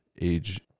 age